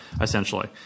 essentially